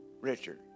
Richard